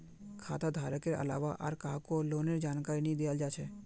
खाता धारकेर अलावा आर काहको लोनेर जानकारी नी दियाल जा छे